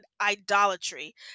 idolatry